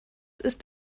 ist